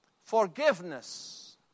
forgiveness